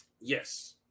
Yes